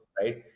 right